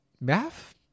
math